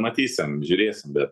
matysim žiūrėsim bet